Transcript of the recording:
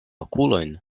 okulojn